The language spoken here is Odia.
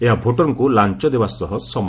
ଏହା ଭୋଟରଙ୍କୁ ଲାଞ୍ଚଦେବା ସହ ସମାନ